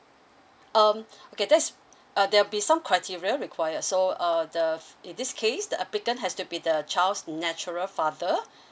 um okay that is uh there will be some criteria require so uh the in this case the applicant has to be the child's natural father